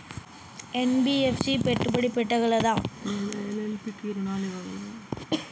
NBFC పెట్టుబడి పెట్టగలదా లేదా ఎల్.ఎల్.పి కి రుణాలు ఇవ్వగలదా?